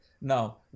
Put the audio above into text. Now